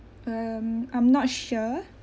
um I'm not sure